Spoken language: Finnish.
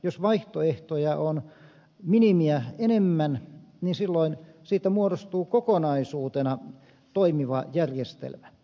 jos vaihtoehtoja on minimiä enemmän niin silloin siitä muodostuu kokonaisuutena toimiva järjestelmä